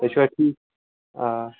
تُہۍ چھُوا ٹھیٖک آ